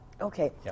Okay